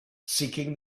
seeking